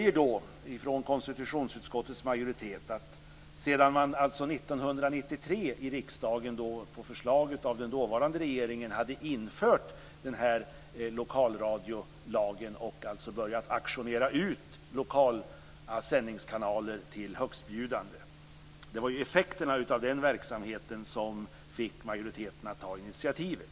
1993 hade riksdagen på förslag av den dåvarande regeringen infört lokalradiolagen och börjat auktionera ut lokala sändningskanaler till högstbjudande. Det var effekterna av den verksamheten som fick majoriteten att ta initiativet.